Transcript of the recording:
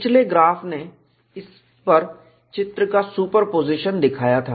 पिछले ग्राफ ने इस पर इस चित्र का सुपरपोजिशन दिखाया था